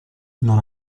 non